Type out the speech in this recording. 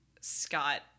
scott